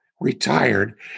retired